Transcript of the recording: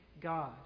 God